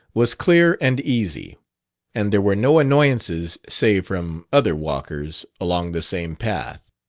was clear and easy and there were no annoyances save from other walkers along the same path.